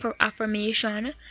affirmation